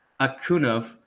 akunov